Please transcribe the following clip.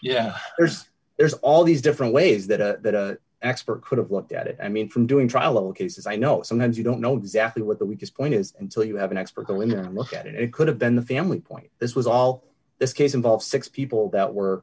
yeah there's there's all these different ways that expert could have looked at it i mean from doing trial cases i know sometimes you don't know exactly what we just point is until you have an expert go in there and look at it it could have been the family point this was all this case involves six people that were